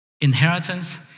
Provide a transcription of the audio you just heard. inheritance